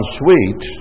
sweet